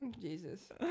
Jesus